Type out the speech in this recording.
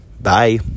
Bye